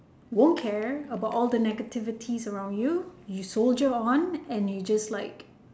won't care about all the negativities around you you soldier on and you just like